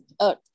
earth